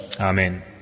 Amen